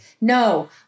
No